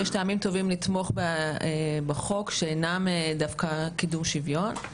יש טעמים טובים לתמוך בחוק שאינם דווקא קידום שוויון.